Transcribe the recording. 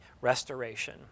restoration